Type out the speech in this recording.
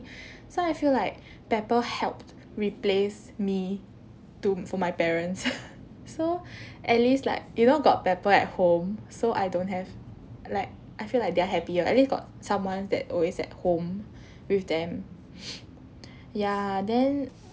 so I feel like pepper helped replace me to for my parents so at least like you know got pepper at home so I don't have like I feel like they are happier at least got someone's that always at home with them ya then